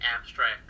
abstract